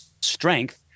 strength